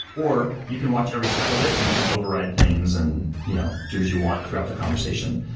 or you can watch every step of it and you can override things and you know do as you want throughout the conversation.